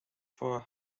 for